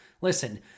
Listen